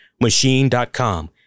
machine.com